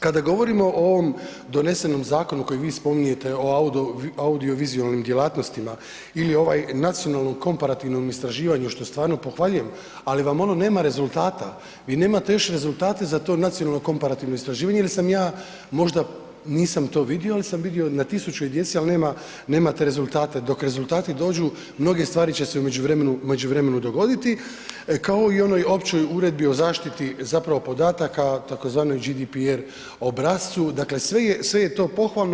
Kada govorimo o ovom donesenom zakonu o audiovizualnim djelatnostima ili ovaj nacionalnom komparativnom istraživanju što stvarno pohvaljujem, ali vam ono nema rezultata, vi nemate još rezultate za to nacionalno komparativno istraživanje ili sam ja možda nisam to vidio, ali sam vido na 1.000 djece ali nemate rezultate, dok rezultati dođu mnoge stvari će se u međuvremenu dogoditi, kao i onoj općoj uredbi o zaštiti zapravo podataka tzv. GDPR obrascu, dakle sve je to pohvalno.